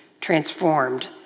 transformed